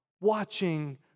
watching